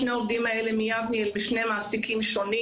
שני העובדים האלה מיבניאל אצל שני מעסיקים שונים.